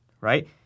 right